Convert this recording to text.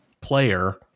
player